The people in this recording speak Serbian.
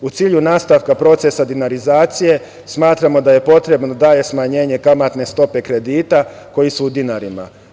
U cilju nastavka procesa dinarizacije smatramo da je potrebno dalje smanjenje kamatne stope kredita koji su u dinarima.